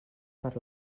per